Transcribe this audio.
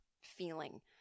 feeling